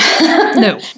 no